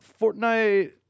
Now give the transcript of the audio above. Fortnite